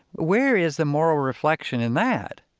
where is the moral reflection in that?